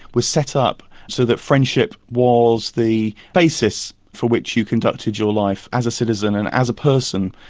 was set up so that friendship was the basis for which you conducted your life as a citizen, and as a person.